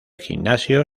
gimnasio